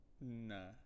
Nah